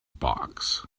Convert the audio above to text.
box